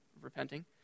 repenting